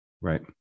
Right